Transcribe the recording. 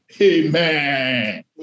Amen